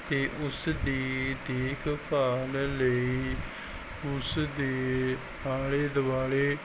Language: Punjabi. ਅਤੇ ਉਸ ਦੀ ਦੇਖ ਭਾਲ ਲਈ ਉਸ ਦੇ ਆਲੇ ਦੁਆਲੇ